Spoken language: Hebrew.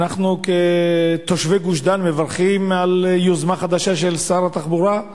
ואנחנו כתושבי גוש-דן מברכים על היוזמה החדשה של שר התחבורה.